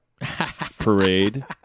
parade